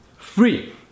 free